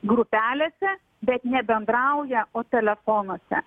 grupelėse bet nebendrauja o telefonuose